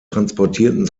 transportierten